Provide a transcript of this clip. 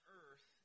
earth